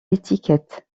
étiquette